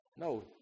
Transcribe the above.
No